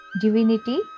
divinity